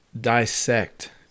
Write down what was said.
dissect